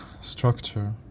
structure